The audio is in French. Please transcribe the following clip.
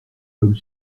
comme